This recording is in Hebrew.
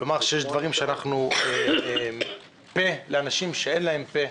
ולומר שיש דברים שבהם אנחנו בוועדה הזאת פֶה לאנשים שאין להם פֶה.